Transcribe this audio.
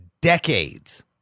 Decades